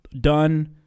done